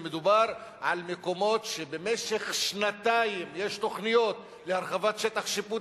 מדובר על מקומות שבמשך שנתיים יש תוכניות להרחבת שטח שיפוט